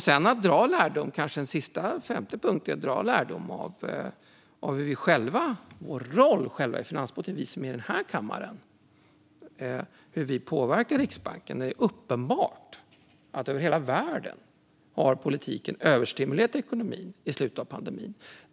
Den femte saken, och sista, är att vi ska dra lärdom av våra roller i kammaren och hur vi påverkar Riksbanken. Det är uppenbart över hela världen att politiken överstimulerade ekonomin i slutet av pandemin.